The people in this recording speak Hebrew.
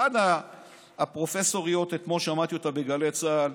אחת הפרופסוריות, אתמול שמעתי אותה בגלי צה"ל,